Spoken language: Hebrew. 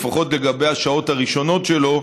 לפחות לגבי השעות הראשונות שלו,